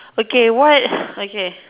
okay what okay